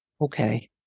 okay